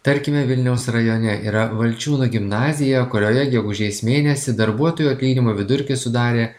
tarkime vilniaus rajone yra valčiūnų gimnazija kurioje gegužės mėnesį darbuotojų atlyginimo vidurkis sudarė